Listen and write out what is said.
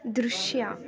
ದೃಶ್ಯ